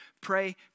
Pray